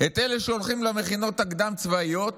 אלה שהולכים למכינות הקדם-צבאיות